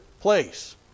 place